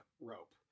rope